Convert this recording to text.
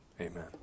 Amen